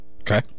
Okay